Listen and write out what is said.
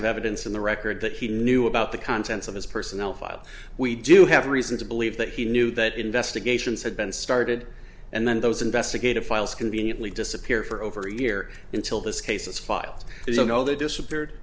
active evidence in the record that he knew about the contents of his personnel file we do have reason to believe that he knew that investigations had been started and then those investigative files conveniently disappear for over a year until this case is filed you know they disappeared